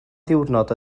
ddiwrnod